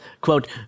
Quote